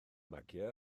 magiau